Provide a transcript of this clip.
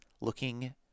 looking